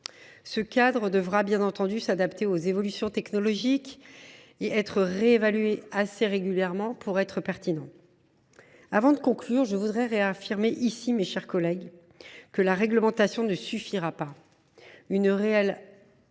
Ce cadre devra bien entendu s’adapter aux évolutions technologiques et être réévalué assez régulièrement pour rester pertinent. Avant de conclure, je voudrais réaffirmer que la réglementation ne suffira pas.